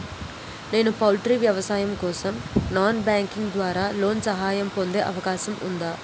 నేను పౌల్ట్రీ వ్యాపారం కోసం నాన్ బ్యాంకింగ్ ద్వారా లోన్ సహాయం పొందే అవకాశం ఉందా?